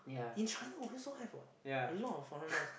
in China we also have what a lot of foreigners